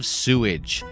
sewage